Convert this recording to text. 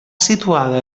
situada